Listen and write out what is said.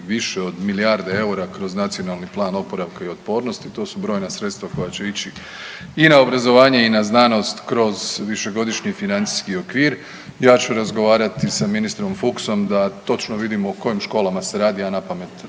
više od milijarde eura kroz NPOO. To su brojna sredstva koja će ići i na obrazovanje i na znanost kroz višegodišnji financijski okvir. Ja ću razgovarati i sa ministrom Fuchsom da točno vidimo o kojim školama se radi, ja napamet